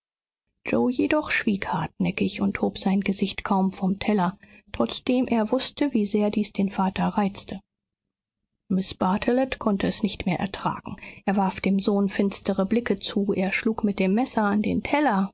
yoe jedoch schwieg hartnäckig und hob sein gesicht kaum vom teller trotzdem er wußte wie sehr dies den vater reizte mr bartelet konnte es nicht mehr ertragen er warf dem sohn finstere blicke zu er schlug mit dem messer an den teller